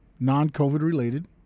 Non-COVID-related